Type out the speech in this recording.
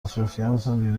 اطرافیانتان